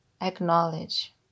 acknowledge